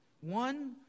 One